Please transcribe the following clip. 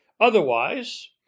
Otherwise